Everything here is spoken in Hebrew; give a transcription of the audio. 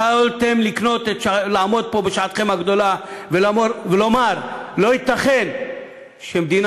יכולתם לעמוד פה בשעתכם הגדולה ולומר: לא ייתכן שמדינה